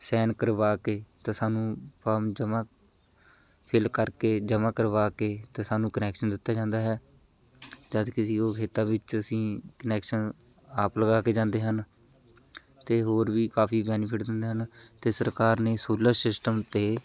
ਸੈਨ ਕਰਵਾ ਕੇ ਤਾਂ ਸਾਨੂੰ ਫੋਮ ਜਮ੍ਹਾਂ ਫਿਲ ਕਰਕੇ ਜਮ੍ਹਾਂ ਕਰਵਾ ਕੇ ਅਤੇ ਸਾਨੂੰ ਕਨੈਕਸ਼ਨ ਦਿੱਤਾ ਜਾਂਦਾ ਹੈ ਜਦਕਿ ਅਸੀਂ ਉਹ ਖੇਤਾਂ ਵਿੱਚ ਅਸੀਂ ਕਨੈਕਸ਼ਨ ਆਪ ਲਗਾ ਕੇ ਜਾਂਦੇ ਹਨ ਅਤੇ ਹੋਰ ਵੀ ਕਾਫੀ ਬੈਨੀਫਿਟ ਦਿੰਦੇ ਹਨ ਅਤੇ ਸਰਕਾਰ ਨੇ ਸੋਲਰ ਸਿਸਟਮ 'ਤੇ